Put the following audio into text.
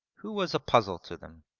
who was a puzzle to them.